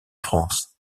france